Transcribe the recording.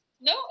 No